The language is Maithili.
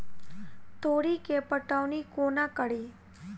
तोरी केँ पटौनी कोना कड़ी?